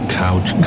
couch